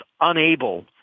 unable